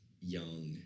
young